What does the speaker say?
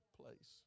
place